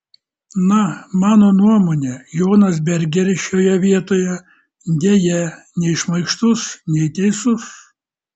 na mano nuomone jonas bergeris šioje vietoje deja nei šmaikštus nei teisus